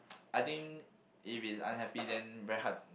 I think if its unhappy then very hard